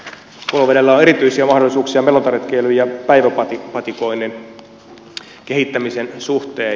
kolovedellä on erityisiä mahdollisuuksia melontaretkeilyn ja päiväpatikoinnin kehittämisen suhteen